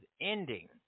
ending